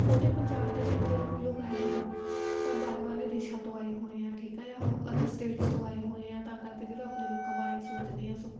ਉਹ 'ਤੇ ਪੰਜਾਬ ਦੇ ਜਾਂ ਇੰਡੀਆ ਦਾ ਕੋਈ ਲੋਕ ਹੈ ਹੀ ਨਹੀਂ ਸਭ ਬਾਹਰਲੇ ਬਾਹਰਲੇ ਦੇਸ਼ਾਂ ਤੋਂ ਆਏ ਹੋਏ ਆ ਠੀਕ ਆ ਜਾਂ ਉਹ ਅਦਰ ਸਟੇਟਸ ਤੋਂ ਆਏ ਹੋਏ ਆ ਤਾਂ ਕਰਕੇ ਜਿਹੜਾ ਆਪਣੇ ਲੋਕਾਂ ਬਾਰੇ ਸੋਚਦੇ ਆ ਸੋ